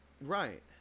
Right